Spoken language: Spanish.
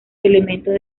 elementos